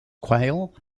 quayle